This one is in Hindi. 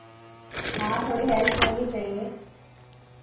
हाँ थोड़ी हेल्प होनी चाहिए